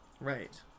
Right